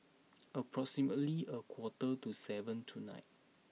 approximately a quarter to seven tonight